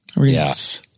Yes